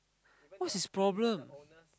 what's his problem